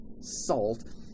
salt